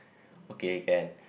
okay can